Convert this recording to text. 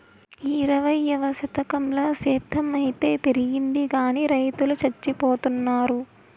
ఈ ఇరవైవ శతకంల సేద్ధం అయితే పెరిగింది గానీ రైతులు చచ్చిపోతున్నారు